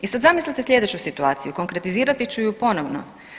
I sad zamislite slijedeću situaciju, konkretizirati ću ju ponovno.